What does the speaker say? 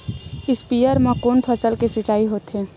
स्पीयर म कोन फसल के सिंचाई होथे?